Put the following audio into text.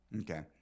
Okay